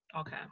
Okay